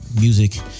music